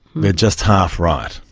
they're just half right.